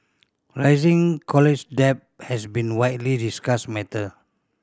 rising college debt has been widely discussed matter